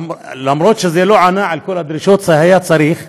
אומנם זה לא ענה על כל הדרישות שהיו צריכים,